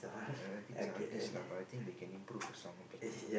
uh a bit childish lah but I think they can improve the song a bit